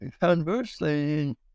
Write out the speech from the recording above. conversely